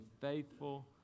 faithful